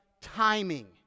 timing